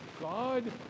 God